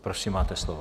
Prosím, máte slovo.